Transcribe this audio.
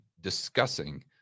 discussing